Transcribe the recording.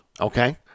okay